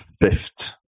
fifth